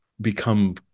become